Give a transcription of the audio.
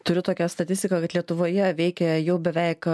turiu tokią statistiką kad lietuvoje veikia jau beveik